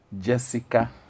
Jessica